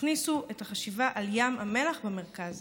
תכניסו את החשיבה על ים המלח במרכז.